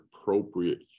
appropriate